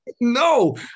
No